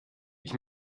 ich